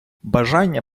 бажання